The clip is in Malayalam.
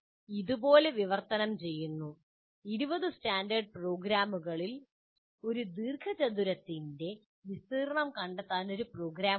ഇത് ഇതുപോലെ വിവർത്തനം ചെയ്യുന്നു 20 സ്റ്റാൻഡേർഡ് പ്രോഗ്രാമുകളിൽ ഒരു ദീർഘചതുരത്തിന്റെ വിസ്തീർണ്ണം കണ്ടെത്താൻ ഒരു പ്രോഗ്രാം ഉണ്ട്